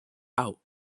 hau